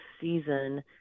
season